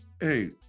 Hey